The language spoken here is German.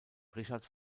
richard